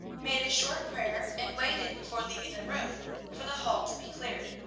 made a short prayer, and waited before leaving the room for the hall to be cleared.